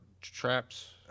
traps